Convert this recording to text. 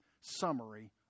summary